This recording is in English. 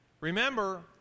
Remember